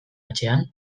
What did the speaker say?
atzean